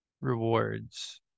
rewards